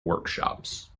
workshops